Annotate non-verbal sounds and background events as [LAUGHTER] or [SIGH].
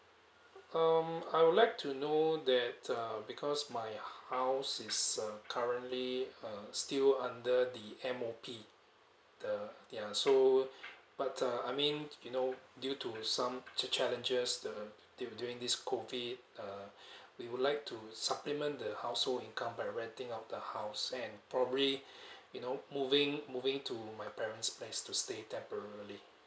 um I would like to know that uh because my house is uh currently uh still under the M_O_P the ya so but uh I mean you know due to some cha~ challenges the du~ during this COVID uh we would like to supplement the household income by renting out the house and probably [BREATH] you know moving moving to my parents place to stay temporarily